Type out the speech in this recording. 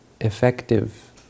effective